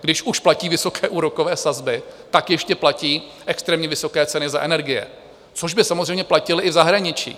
Když už platí vysoké úrokové sazby, tak ještě platí extrémně vysoké ceny za energie, což by samozřejmě platily i v zahraničí.